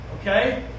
Okay